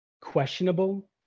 questionable